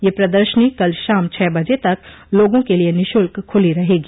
यह प्रदर्शनी कल शाम छह बजे तक लोगों के लिये निःशुल्क खुली रहेगी